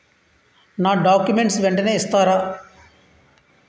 నా డాక్యుమెంట్స్ వెంటనే ఇస్తారా?